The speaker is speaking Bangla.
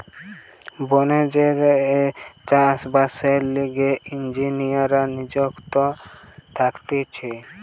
বনে যেই চাষ বাসের লিগে ইঞ্জিনীররা নিযুক্ত থাকতিছে